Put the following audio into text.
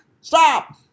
Stop